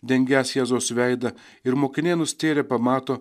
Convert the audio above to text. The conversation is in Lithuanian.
dengęs jėzaus veidą ir mokiniai nustėrę pamato